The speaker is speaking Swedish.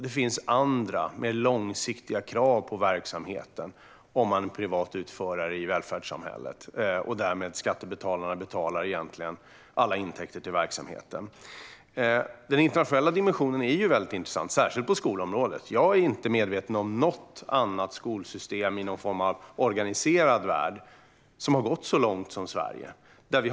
Det finns andra mer långsiktiga krav på verksamheten om man är en privat utförare i välfärdssamhället där skattebetalarna egentligen betalar alla intäkter till verksamheten. Den internationella dimensionen är väldigt intressant, särskilt på skolområdet. Jag känner inte till något annat skolsystem i någon form av organiserad värld som har gått så långt som man har gjort i Sverige.